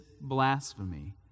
blasphemy